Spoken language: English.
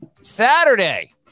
Saturday